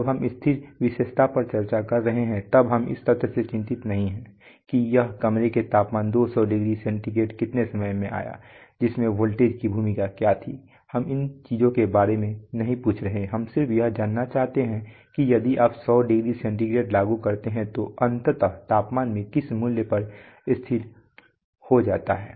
जब हम स्थिर विशेषता पर चर्चा कर रहे हैं तब हम इस तथ्य से चिंतित नहीं हैं कि यह कमरे के तापमान 200 डिग्री सेंटीग्रेड कितना समय में आया जिसमें वोल्टेज की भूमिका क्या थी हम इन चीजों के बारे में नहीं पूछ रहे हैं हम सिर्फ यह जानना चाहते हैं कि यदि आप 100 डिग्री सेंटीग्रेड लागू करते हैं तो अंततः तापमान किस मूल्य पर स्थिर हो जाता है